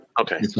okay